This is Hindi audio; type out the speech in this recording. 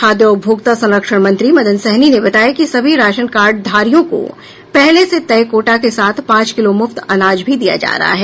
खाद्य और उपभोक्ता संरक्षण मंत्री मदन सहनी ने बताया कि सभी राशन कार्डधारियों को पहले से तय कोटा के साथ पांच किलो मुफ्त अनाज भी दिया जा रहा है